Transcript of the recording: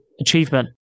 achievement